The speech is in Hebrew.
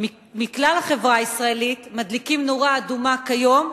בכלל החברה הישראלית מדליקים נורה אדומה כיום,